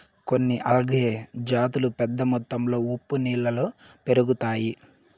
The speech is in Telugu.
కొన్ని ఆల్గే జాతులు పెద్ద మొత్తంలో ఉప్పు నీళ్ళలో పెరుగుతాయి